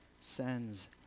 sends